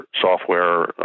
software